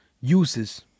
uses